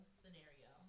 scenario